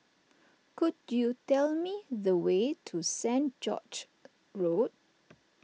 could you tell me the way to Saint George's Road